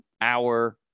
hour